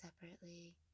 separately